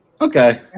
Okay